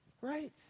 Right